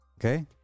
Okay